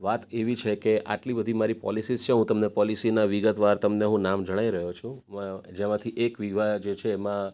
વાત એવી છે કે આટલી બધી મારી પોલિસીસ છે હું તમને પોલિસીનાં વિગતવાર તમને હું નામ જણાવી રહ્યો છું જેમાંથી એક વીઘા છે એમાં